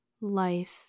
life